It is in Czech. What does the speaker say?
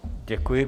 Děkuji.